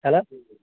hello